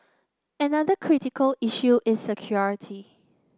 another critical issue is security